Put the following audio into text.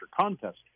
contest